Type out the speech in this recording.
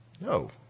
no